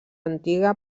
antiga